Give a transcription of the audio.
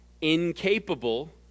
incapable